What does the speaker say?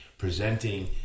presenting